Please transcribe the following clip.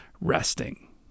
resting